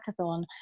hackathon